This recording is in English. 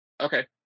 Okay